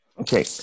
Okay